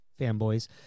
fanboys